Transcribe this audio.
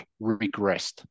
regressed